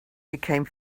became